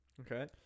Okay